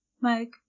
Mike